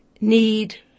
need